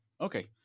okay